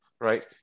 right